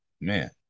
man